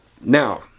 Now